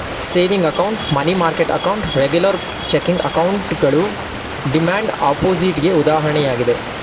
saving account, money market account, regular checking ಅಕೌಂಟ್ಗಳು demand deposit ಗೆ ಉದಾಹರಣೆಯಾಗಿದೆ